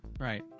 Right